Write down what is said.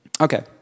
Okay